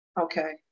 Okay